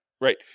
right